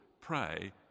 pray